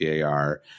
PAR